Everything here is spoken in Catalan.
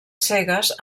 cegues